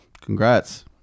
congrats